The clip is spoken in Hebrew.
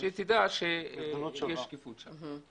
שלפחות יידעו שיש שם שקיפות.